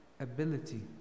ability